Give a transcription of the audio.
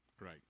Right